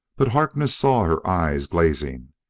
but harkness saw her eyes glazing.